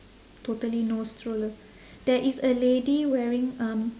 totally no stroller there is a lady wearing um